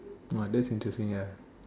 what that's interesting ya